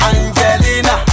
Angelina